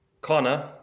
Connor